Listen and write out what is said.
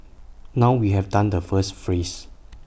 now we have done the first phrase